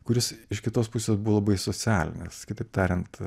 kuris iš kitos pusės buvo labai socialinis kitaip tariant